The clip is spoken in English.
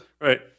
Right